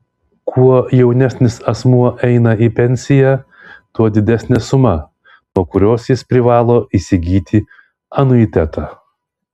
kuo jaunesnis asmuo eina į pensiją tuo didesnė suma nuo kurios jis privalo įsigyti anuitetą